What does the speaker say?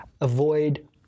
avoid